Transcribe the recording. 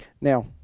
Now